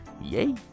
yay